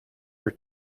were